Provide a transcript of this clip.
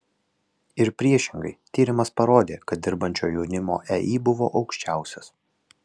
ir priešingai tyrimas parodė kad dirbančio jaunimo ei buvo aukščiausias